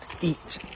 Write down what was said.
eat